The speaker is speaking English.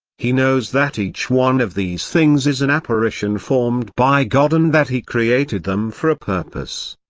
he knows that each one of these things is an apparition formed by god and that he created them for a purpose.